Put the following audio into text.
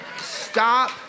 stop